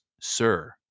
sir